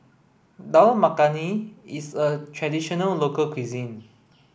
Dal Makhani is a traditional local cuisine